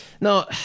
No